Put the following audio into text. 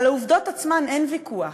על העובדות עצמן אין ויכוח,